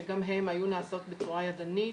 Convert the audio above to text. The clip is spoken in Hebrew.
שגם הן היו נעשות בצורה ידנית,